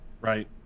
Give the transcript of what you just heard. Right